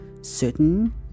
certain